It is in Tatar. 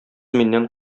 миннән